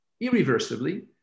irreversibly